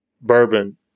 bourbon